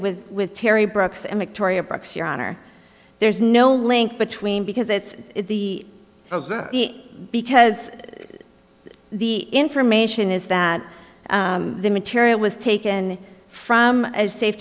honor there's no link between because it's the because the information is that the material was taken from a safe